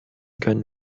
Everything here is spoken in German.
können